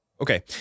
Okay